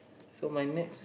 so my next